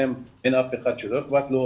אין אף אחד שלא אכפת לו,